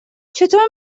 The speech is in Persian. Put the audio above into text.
چطور